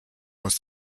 aus